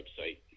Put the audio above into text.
website